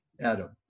Adam